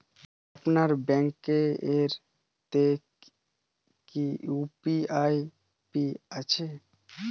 আপনার ব্যাঙ্ক এ তে কি ইউ.পি.আই অ্যাপ আছে?